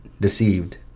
deceived